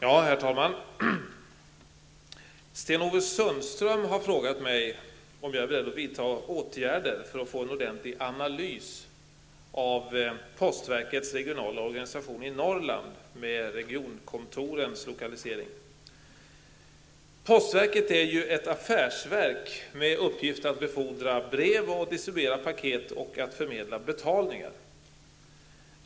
Herr talman! Sten-Ove Sundström har frågat mig om jag är beredd att vidta åtgärder för att få en ordentlig analys av postverkets regionala organisation i Norrland, med regionkontorens lokalisering. Postverket är ett affärsverk med uppgift att befordra brev och distribuera paket samt förmedla betalningar.